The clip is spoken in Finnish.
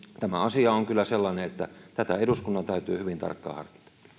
tämä asia on kyllä sellainen että tätä eduskunnan täytyy hyvin tarkkaan